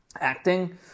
Acting